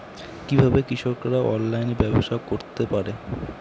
কিভাবে কৃষকরা অনলাইনে ব্যবসা করতে পারে?